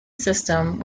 system